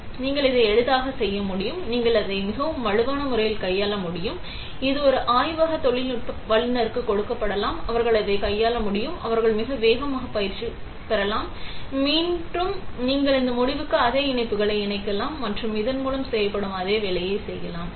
எனவே நீங்கள் அதை எளிதாக செய்ய முடியும் நீங்கள் அதை மிகவும் வலுவான முறையில் கையாள முடியும் இது ஒரு ஆய்வக தொழில்நுட்ப வல்லுநருக்கு கொடுக்கப்படலாம் அவர்கள் அதை கையாள முடியும் அவர்கள் மிக வேகமாக பயிற்சி பெறலாம் மற்றும் நீங்கள் இந்த முடிவுக்கு அதே இணைப்பிகளை இணைக்கலாம் மற்றும் இதன் மூலம் செய்யப்படும் அதே வேலையைச் செய்யலாம்